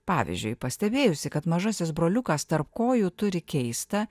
pavyzdžiui pastebėjusi kad mažasis broliukas tarp kojų turi keistą